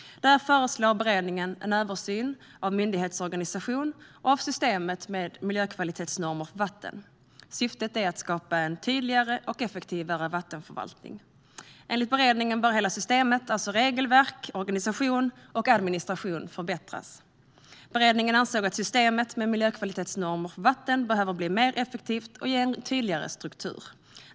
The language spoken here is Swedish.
Där föreslår beredningen en översyn av myndighetsorganisationen och av systemet med miljökvalitetsnormer för vatten. Syftet är att skapa en tydligare och effektivare vattenförvaltning. Enligt beredningen bör hela systemet, alltså regelverk, organisation och administration, förbättras. Beredningen ansåg att systemet med miljökvalitetsnormer för vatten behöver bli mer effektivt och ges en tydligare struktur.